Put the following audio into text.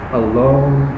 alone